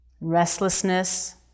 restlessness